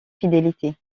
fidélité